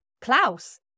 Klaus